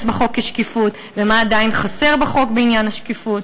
בחוק כשקיפות ומה עדיין חסר בחוק בעניין השקיפות.